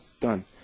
done